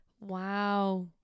wow